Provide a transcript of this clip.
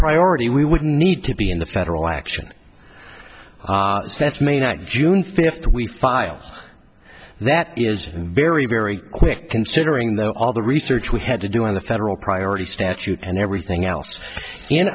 priority we would need to be in the federal action sets may not june fifth we file that is a very very quick considering that all the research we had to do on the federal priority statute and everything else in